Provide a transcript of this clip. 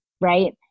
right